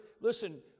Listen